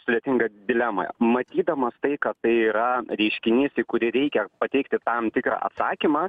sudėtingą dilemą matydamas tai kad tai yra reiškinys į kurį reikia pateikti tam tikrą atsakymą